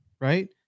Right